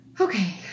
Okay